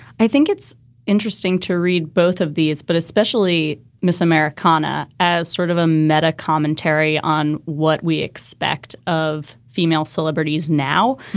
i think it's interesting to read both of these, but especially miss americana as sort of a meta commentary on what we expect of female celebrities now.